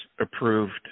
approved